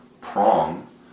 Prong